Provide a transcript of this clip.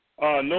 no